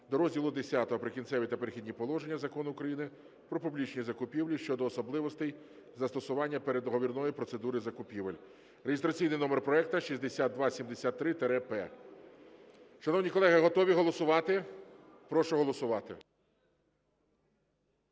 до розділу Х "Прикінцеві та перехідні положення" Закону України "Про публічні закупівлі" щодо особливостей застосування переговорної процедури закупівлі (реєстраційний номер проекту 6273-П). Шановні колеги, готові голосувати? Прошу голосувати.